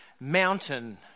mountain